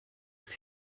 alle